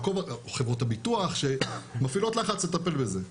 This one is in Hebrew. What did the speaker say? חברות הביטוח שמפעילות לחץ לטפל בזה,